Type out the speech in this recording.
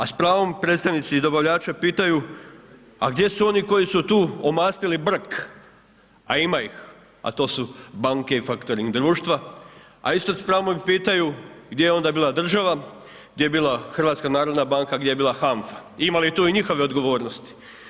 A s pravom predstavnici i dobavljače pitaju a gdje su oni koji su tu omastili brk a ima ih a to su banke i faktoring društva a isto s pravom pitaju gdje je onda bila država, gdje je bila HNB, gdje je bila HANFA, ima li tu i njihove odgovornosti.